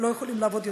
יכולים לעבוד יותר.